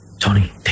Tony